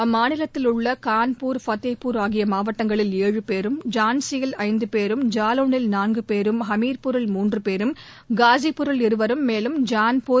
அம்மாநிலத்தில் உள்ள கான்பூர் பத்தேப்பூர் ஆகிய மாவட்டங்களில் ஏழு பேரும் ஜான்சில் ஐந்து பேரும் ஜவாளில் நான்கு பேரும் ஹமிர்பூரில் மூன்று பேரும் காசிப்பூரில் இருவரும் மேலும் ஜன்பூர்